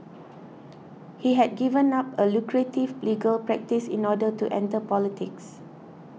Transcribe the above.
he had given up a lucrative legal practice in order to enter politics